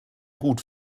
gut